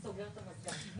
רוויזיה.